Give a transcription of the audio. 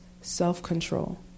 self-control